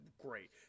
great